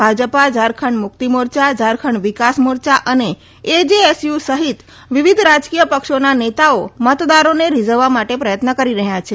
ભાજપા ઝારખંડ મુક્તિ મોરચા ઝારખંડ વિકાસ મોર્ચા અને એજેએસયુ સહિત વિવિધ રાજકીય પક્ષોના નેતાઓ મતદારોને રિઝવવા માટે પ્રયત્ન કરી રહ્યા છે